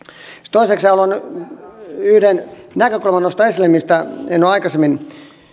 toisekseen haluan nostaa esille yhden näkökulman mistä en ole aikaisemmin